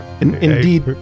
Indeed